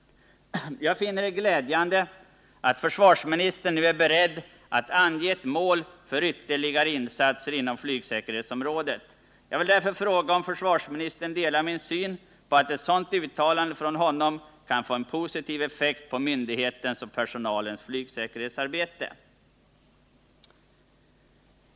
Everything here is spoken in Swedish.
Jag finner det glädjande att försvarsministern nu är beredd att ange ett mål för ytterligare insatser inom flygsäkerhetsområdet. Jag vill därför fråga om försvarsministern delar min syn på att ett sådant uttalande från honom kan få en positiv effekt på myndighetens och personalens flygsäkerhetsarbete.